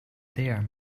there